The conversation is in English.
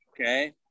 Okay